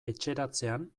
etxeratzean